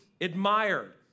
admired